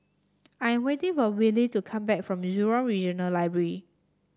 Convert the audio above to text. I am waiting for Willy to come back from Jurong Regional Library